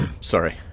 Sorry